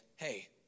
Hey